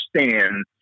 understand